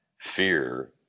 fear